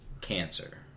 cancer